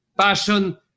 Passion